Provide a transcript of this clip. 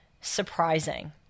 surprising